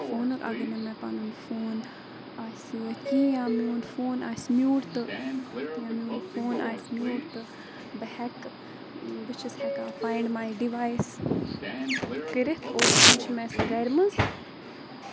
تہٕ کُنہِ ساتہٕ اگر مےٚ کانٛہہ ایڈَلٹ وَنہِ کہِ کُنہِ چیٖزَس پٮ۪ٹھ پَنٕنۍ مَشوَرٕ دِیِو یا کُنہِ چیٖزَس پٮ۪ٹھ پَنُن خَیال ترٛٲیِو بہٕ چھس سُہ تہِ کَران بہٕ چھُس وَنان کہِ یُس اَکھ ٹیٖن ایج لایف چھُ سُہ تہِ چھِ اَکھ